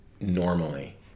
normally